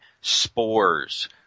spores